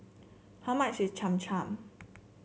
how much is Cham Cham